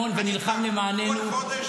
אתה מעביר את זה בטרומית.